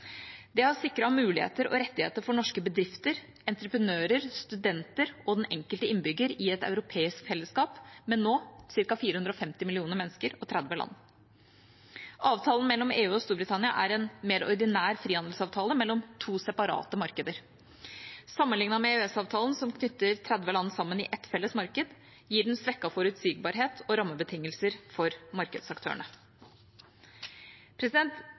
Det har sikret muligheter og rettigheter for norske bedrifter, entreprenører, studenter og den enkelte innbygger i et europeisk fellesskap med nå ca. 450 millioner mennesker og 30 land. Avtalen mellom EU og Storbritannia er en mer ordinær frihandelsavtale mellom to separate markeder. Sammenlignet med EØS-avtalen, som knytter 30 land sammen i ett felles marked, gir den svekket forutsigbarhet og rammebetingelser for markedsaktørene.